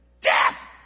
Death